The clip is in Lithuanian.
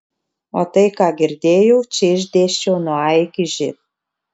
o tai ką girdėjau čia išdėsčiau nuo a iki ž